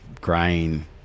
grain